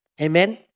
Amen